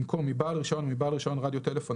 במקום "מבעל רישיון או מבעל רישיון רדיו טלפון